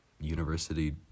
university